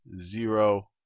zero